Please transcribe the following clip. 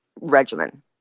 regimen